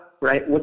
right